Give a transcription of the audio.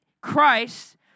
Christ